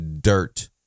dirt